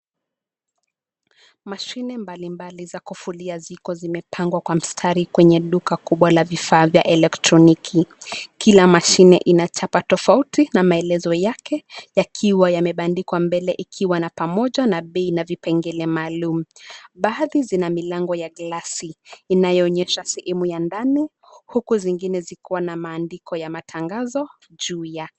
Mashine mbalimbali za kufulia ziko zimepangwa kwa mstari kwenye duka kubwa la vifaa vya elektroniki, kila mashine ina chapa tofauti na maelezo yake, yakiwa yamebandikwa mbele ikiwa na pamoja na bei na vipengele maalum, baadhi zina milango ya glasi, inayoonyesha sehemu ya ndani, huku zingine zikiwa na maandiko ya matangazo, juu yake.